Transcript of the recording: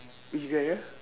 which guy ah